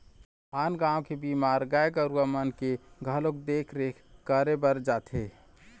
आन गाँव के बीमार गाय गरुवा मन के घलोक देख रेख करे बर जाथे